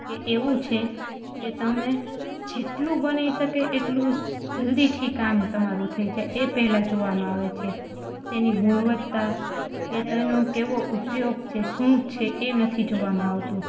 કહીએ એવું છે કે તમે જેટલું બની શકે એટલું જલ્દીથી કામ તમારું થઈ જાય એ પહેલાં જોવામાં આવે છે તેની ગુણવત્તા કે તેનો કેવો ઉપયોગ છે શું છે એ નથી જોવામાં આવતું